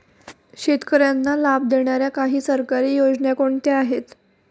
शेतकऱ्यांना लाभ देणाऱ्या काही सरकारी योजना कोणत्या आहेत?